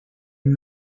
and